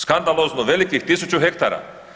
Skandalozno velikih 1000 hektara.